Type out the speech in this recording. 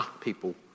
people